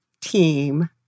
team